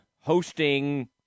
hosting